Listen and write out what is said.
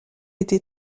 été